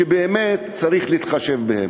שבאמת צריך להתחשב בהן.